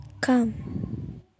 come